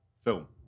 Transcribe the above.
film